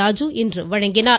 ராஜு இன்று வழங்கினார்